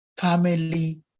family